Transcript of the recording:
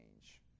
change